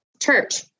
church